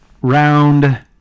round